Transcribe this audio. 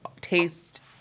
taste